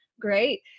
Great